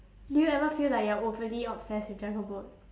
do you ever feel like you're overly obsessed with dragon boat